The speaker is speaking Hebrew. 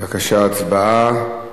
בבקשה, הצבעה.